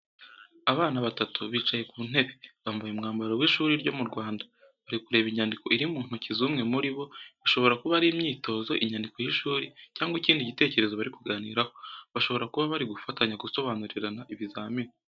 Abana batatu bicaye ku ntebe, bambaye umwambaro w’ishuri ryo mu Rwanda. Bari kureba inyandiko iri mu ntoki z’umwe muri bo, bishobora kuba ari imyitozo, inyandiko y’ishuri, cyangwa ikindi gitekerezo bari kuganiraho. Bashobora kuba bari gufatanya gusobanurirana ibizamini.